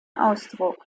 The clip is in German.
ausdruck